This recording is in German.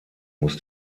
muss